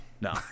no